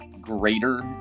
greater